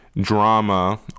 drama